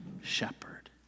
shepherd